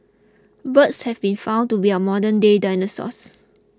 birds have been found to be our modernday dinosaurs